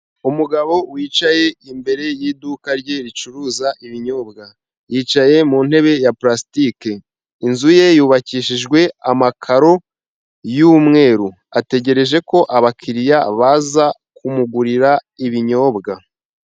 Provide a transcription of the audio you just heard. Umugabo wicaye imbere y'iduka rye ricuruza ibinyobwa, yicaye mu ntebe ya pulastiki. Inzu ye yubakishijwe amakaro y'umweru ategereje ko abakiriya baza kumugurira ibinyobwa.